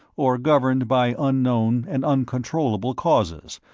or governed by unknown and uncontrollable causes,